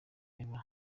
eva